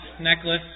necklace